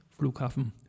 Flughafen